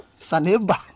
Saneba